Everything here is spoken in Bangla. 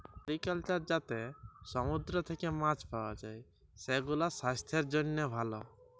মেরিকালচার যাতে সমুদ্র থেক্যে মাছ পাওয়া যায়, সেগুলাসাস্থের জন্হে ভালো